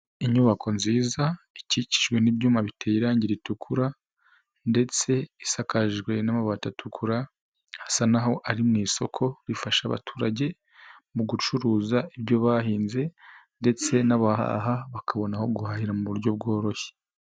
Inyubako nziza, ikikijwe n'ibyuma biteye irangi ritukura ndetse isakajwe n'amabati atukura, hasa naho ari mu isoko rifasha abaturage mu gucuruza ibyo bahinze ndetse n'abahaha bakabona aho guhahira mu buryo bworoshye.